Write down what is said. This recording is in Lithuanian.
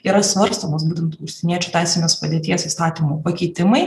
yra svarstomas būtent užsieniečių teisinės padėties įstatymo pakeitimai